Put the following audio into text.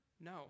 No